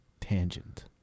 tangent